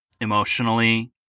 emotionally